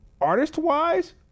artist-wise